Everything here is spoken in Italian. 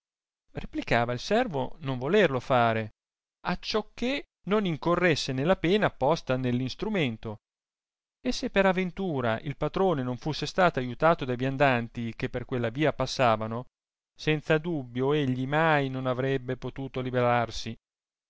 replicava il servo non volerlo fare accio che non incorresse nella pena posta nelr instrumento e se per aventura il patrone non fusse stato aiutato dai viandanti che per quella via passavano senza dubbio egli mai non arebbe potuto liberarsi